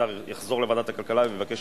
יושבת-ראש ועדת המדע ויוזמת